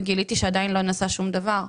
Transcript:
וגיליתי שעדיין לא נעשה שום דבר.